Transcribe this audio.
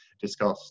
discussed